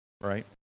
right